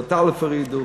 כיתות א' הורידו,